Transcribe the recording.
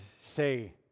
say